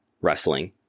wrestling